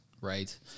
right